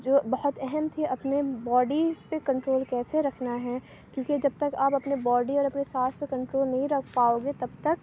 جو بہت اہم تھی اپنے باڈی پہ کنٹرول کیسے رکھنا ہے کیونکہ جب تک آپ اپنے باڈی اور اپنے سانس پہ کنٹرول نہیں رکھ پاؤ گے تب تک